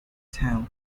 town